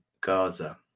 Gaza